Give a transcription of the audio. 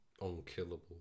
Unkillable